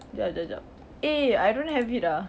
jap jap jap eh I don't have it ah